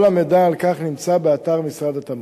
כל המידע על כך נמצא באתר משרד התמ"ת.